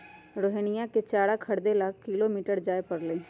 रोहिणीया के चारा खरीदे ला दो किलोमीटर जाय पड़लय